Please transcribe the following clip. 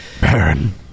Baron